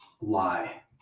lie